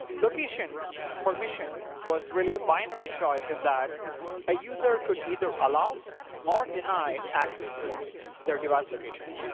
location permission was really a binary choice in that a user could either allow or deny access to their device location.